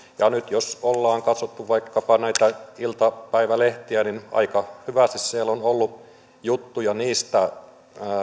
nyt jos ollaan katsottu vaikkapa näitä iltapäivälehtiä aika hyvästi siellä on ollut juttuja